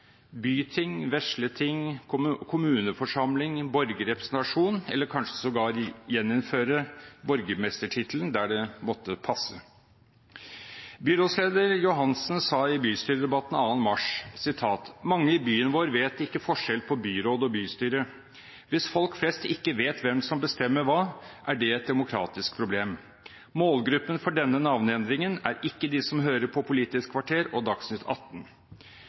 eller kanskje sågar gjeninnføre borgermestertittelen der det måtte passe. Byrådsleder Johansen sa i bystyredebatten 2. mars: «Mange i byen vår vet ikke forskjell på byråd og bystyre. Hvis folk flest ikke vet hvem som bestemmer hva, er det et demokratisk problem. Målgruppen for denne navneendringen er ikke de som hører på Politisk Kvarter og Dagsnytt 18.»